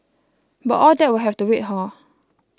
but all that will have to wait hor